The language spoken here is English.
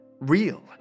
real